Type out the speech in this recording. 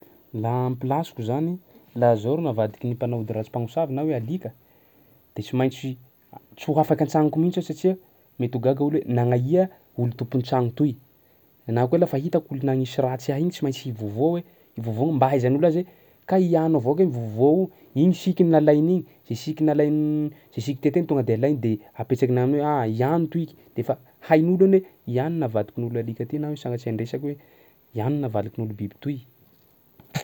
Lah am'plasiko zany laha zao ro navadiky ny mpanao ody ratsy mpamosavy na hoe alika de tsy maintsy tsy ho afaky an-tsagnoko mihitsy aho satsia mety ho gaga olo hoe nagnaia olo tompon'ny tragno toy? Na koa lafa hitako olo nagnisy ratsy ahy igny tsy maintsy hivovò aho hoe hivovò mba ahaizan'olo azy hoe kay i ano avao kay mivovò io, igny sikiny nalainy igny, zay siky nalain- zay siky teto iny tonga de alainy de hapetsakiny aminy hoe ah! I ano toiky de fa hain'olo iny hoe i ano navadikin'olo alika ty na hoe sagnatsia ny resaka hoe i ano navalikin'olo biby toy.